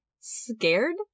scared